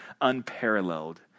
unparalleled